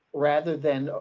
rather than,